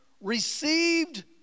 received